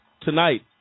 tonight